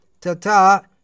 Tata